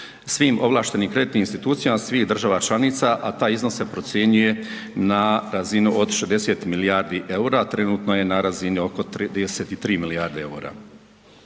svim ovlaštenim kreditnim institucija svih država članica, a taj iznos se procjenjuje na razinu od 60 milijardi eura, a trenutno je na razini oko 33 milijarde eura.